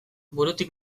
burutik